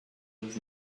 was